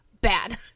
bad